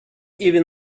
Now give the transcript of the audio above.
even